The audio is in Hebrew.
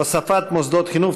הוספת מוסדות חינוך),